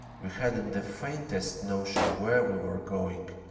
we hadn't the faintest notion where we were going,